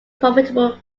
profitable